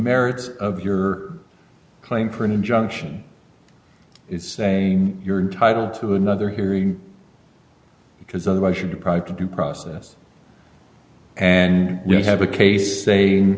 merits of your claim for an injunction is saying you're entitled to another hearing because otherwise you're deprived of due process and you have a case